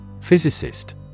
Physicist